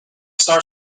star